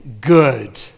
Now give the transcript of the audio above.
good